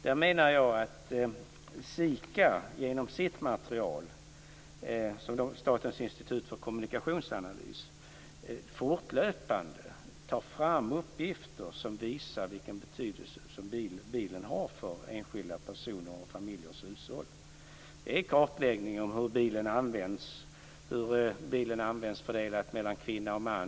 Där menar jag att SIKA, Statens institut för kommunikationsanalys, genom sitt material fortlöpande tar fram uppgifter som visar vilken betydelse bilen har för enskilda personer och familjers hushåll. Det är kartläggningar av hur bilen används och hur bilen används fördelat mellan kvinna och man.